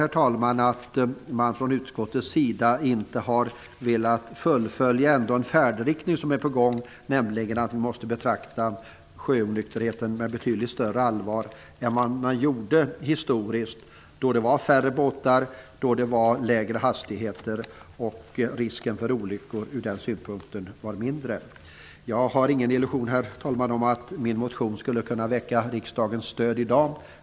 Jag beklagar att utskottet inte har velat fortsätta i färdriktningen mot att betrakta sjöonykterheten med betydligt större allvar än vad som har gjorts historiskt. Då var det färre båtar och lägre hastigheter. Risken för olyckor var ur den synpunkten mindre. Herr talman! Jag har ingen illusion om att min motion skall få riksdagens stöd i dag.